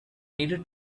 needed